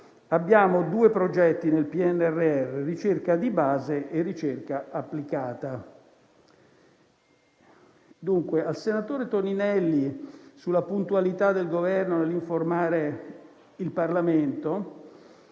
abbiamo due progetti nel PNRR: ricerca di base e ricerca applicata. A proposito di quanto diceva il senatore Toninelli, sulla puntualità del Governo nell'informare il Parlamento,